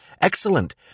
Excellent